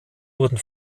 wurden